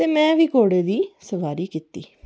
ते में घोडे़ दी बी सोआरी कीती